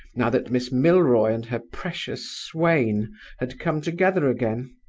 now that miss milroy and her precious swain had come together again.